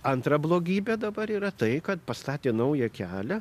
antra blogybė dabar yra tai kad pastatė naują kelią